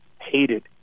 hated